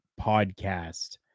podcast